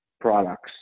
products